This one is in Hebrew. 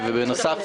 ובנוסף,